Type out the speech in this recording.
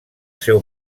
seu